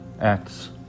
Acts